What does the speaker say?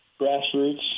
grassroots